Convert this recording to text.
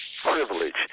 Privilege